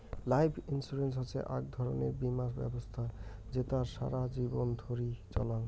life insurance হসে আক ধরণের বীমা ব্যবছস্থা জেতার সারা জীবন ধরি চলাঙ